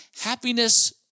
happiness